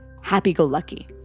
Happy-Go-Lucky